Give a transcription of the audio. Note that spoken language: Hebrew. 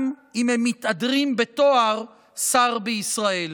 גם אם הם מתהדרים בתואר שר בישראל.